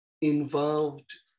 involved